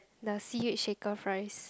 the C_H shaker fries